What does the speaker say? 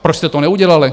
Proč jste to neudělali?